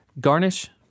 Garnish